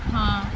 ହଁ